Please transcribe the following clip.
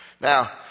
Now